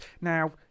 Now